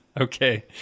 Okay